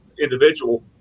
individual